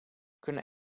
kunnen